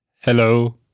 Hello